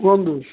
କୁହନ୍ତୁ